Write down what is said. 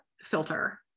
filter